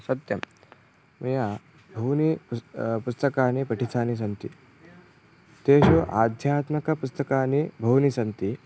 सत्यं मया बहूनि पुस्तकं पुस्तकानि पठितानि सन्ति तेषु आध्यात्मकपुस्तकानि बहूनि सन्ति